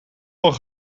van